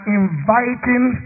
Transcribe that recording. inviting